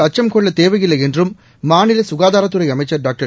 அச்சம் கொள்ளத்தேவையில்லை என்றும் மாநில க்காதாரத்துறை அமைச்சா் டாக்டர்